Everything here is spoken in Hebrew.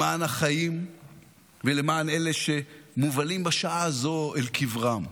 למען החיים ולמען אלה שמובלים בשעה הזו אל קברם,